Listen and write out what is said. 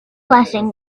blessing